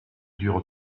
dure